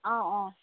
অঁ অঁ